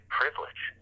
privilege